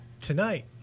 tonight